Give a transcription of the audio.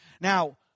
Now